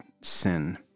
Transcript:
sin